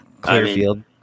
clearfield